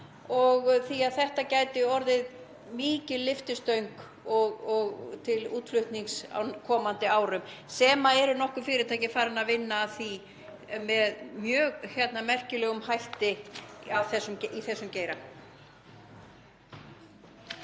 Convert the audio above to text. því að þetta gæti orðið mikil lyftistöng til útflutnings á komandi árum en nokkur fyrirtæki eru farin að vinna að því með mjög merkilegum hætti í þessum geira.